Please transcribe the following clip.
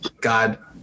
God